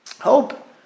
hope